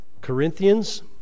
Corinthians